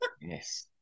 Yes